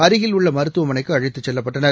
அருகில் உள்ள மருத்துவமனைக்கு அழைத்துச் செல்லப்பட்டனர்